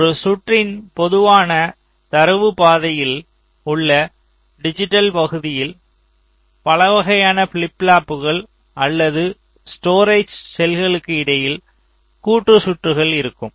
ஒரு சுற்றின் பொதுவான தரவு பாதையில் உள்ள டிஜிட்டல் பகுதியில் பல வகையான ஃபிளிப் ஃப்ளாப்புகள் அல்லது ஸ்டோரேஜ் செல்களுக்கு இடையில் கூட்டு சுற்றுகள் இருக்கும்